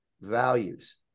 values